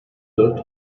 dört